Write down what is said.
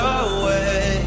away